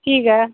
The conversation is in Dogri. ठीक ऐ